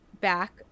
back